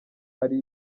ari